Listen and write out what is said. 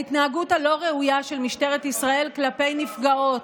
על ההתנהגות הלא-ראויה של משטרת ישראל כלפי נפגעות.